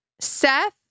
Seth